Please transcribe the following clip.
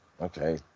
Okay